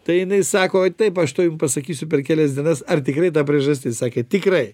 tai jinai sako taip aš tuoj jum pasakysiu per kelias dienas ar tikrai priežastis sakė tikrai